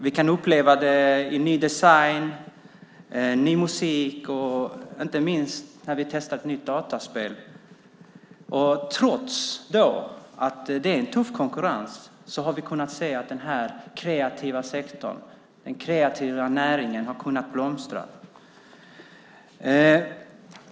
Vi kan uppleva det i ny design, ny musik och inte minst när vi testar ett nytt dataspel. Trots att det är tuff konkurrens har vi kunnat se att den kreativa sektorn, den kreativa näringen, har kunnat blomstra.